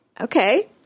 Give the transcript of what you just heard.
Okay